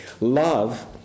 Love